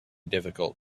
difficult